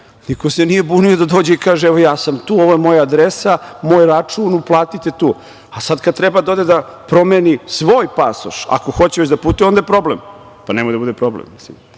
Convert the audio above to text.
niko se nije bunio i da dođe i kaže - ja sam tu, ovo je moja adresa, moj račun, uplatite tu, a sad kada treba da ode da promeni svoj pasoš, ako hoće već da putuje, onda je problem. Pa, nemoj da bude problem,